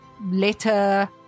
letter